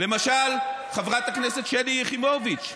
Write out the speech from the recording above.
למשל חברת הכנסת שלי יחימוביץ.